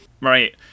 Right